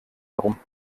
herum